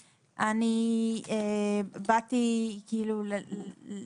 "עם ארגונים העוסקים בקידום זכויותיהם ועם ארגוני עובדים וארגוני